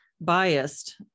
biased